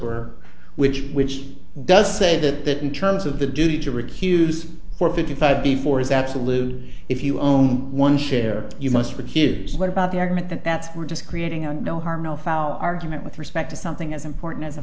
occur which which does say that that in terms of the duty to recuse for fifty five before is absolute if you own one share you must for kids what about the argument that that's we're just creating an no harm no foul argument with respect to something as important as a